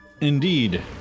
Indeed